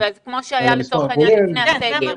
כמו שהיה לצורך העניין לפני הסגר,